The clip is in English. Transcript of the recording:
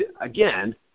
Again